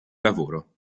lavoro